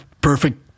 perfect